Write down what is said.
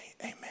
Amen